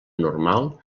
normal